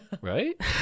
right